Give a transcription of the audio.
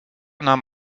nahm